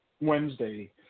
Wednesday